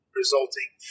resulting